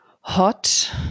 hot